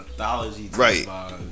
Right